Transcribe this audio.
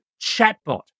chatbot